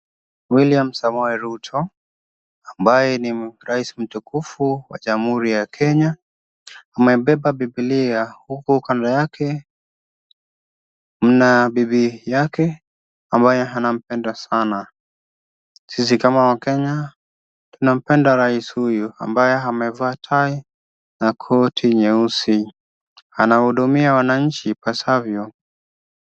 William Samoei Ruto, ambaye ni rais mtukufu wa Jamhuri ya Kenya, ameibeba Bibilia, huku kando yake kuna bibi yake, ambaye anampenda sana, sisi kama wakenya tunampenda rais huyu ambaye amevaa tai na koti nyeusi, anahudumiwa wananchi ipasavyo.